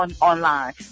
online